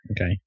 Okay